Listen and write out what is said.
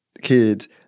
kids